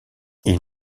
ils